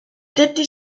tetti